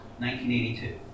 1982